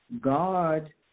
God